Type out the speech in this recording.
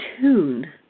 tune